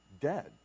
dead